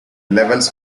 levels